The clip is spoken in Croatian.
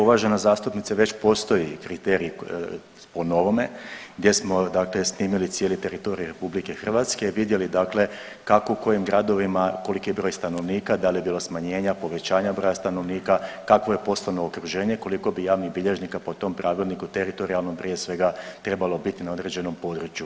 Uvažena zastupnice već postoji kriterij po novome gdje smo dakle snimili cijeli teritorij RH i vidjeli dakle kako i u kojim gradovima koliki je broj stanovnika, da li je bilo smanjenja, povećanja broja stanovnika, kakvo je poslovno okruženje, koliko bi javnih bilježnika po tom pravilniku teritorijalnom prije svega trebalo biti na tom području.